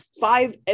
five